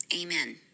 Amen